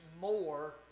more